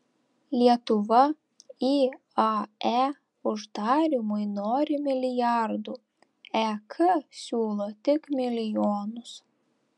lietuva iae uždarymui nori milijardų ek siūlo tik milijonus